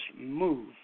move